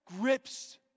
grips